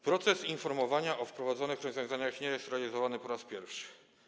Proces informowania o wprowadzonych rozwiązaniach nie jest realizowany po raz pierwszy.